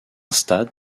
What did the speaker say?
stade